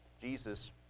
Jesus